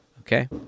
Okay